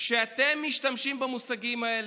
כשאתם משתמשים במושגים האלה,